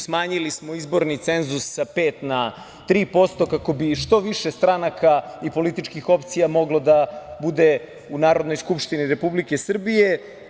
Smanjili smo izborni cenzus sa 5% na 3%, kako bi što više stranaka i političkih opcija moglo da bude u Narodnoj skupštini Republike Srbije.